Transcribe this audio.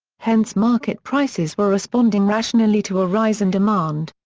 hence market prices were responding rationally to a rise in demand.